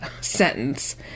sentence